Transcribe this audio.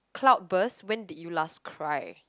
cloud burst when did you last cry